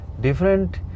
different